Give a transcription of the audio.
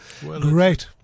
great